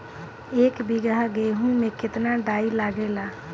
एक बीगहा गेहूं में केतना डाई लागेला?